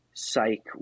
psych